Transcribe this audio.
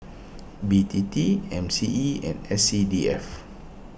B T T M C E and S C D F